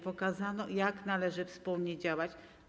Pokazano, jak należy wspólnie działać.